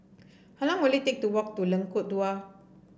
how long will it take to walk to Lengkok Dua